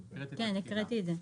כן, הקראתי את זה.